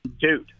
dude